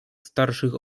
starszych